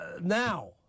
now